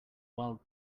wild